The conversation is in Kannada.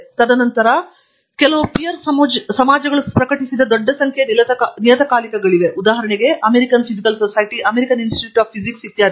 ತದನಂತರ ಸಮಾಜಗಳು ಪ್ರಕಟಿಸಿದ ದೊಡ್ಡ ಸಂಖ್ಯೆಯ ನಿಯತಕಾಲಿಕಗಳಿವೆ American physical society American institute of physics ಇತ್ಯಾದಿ